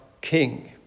king